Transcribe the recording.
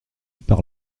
par